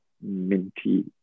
Minty